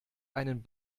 einen